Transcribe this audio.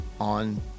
on